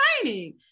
training